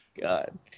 God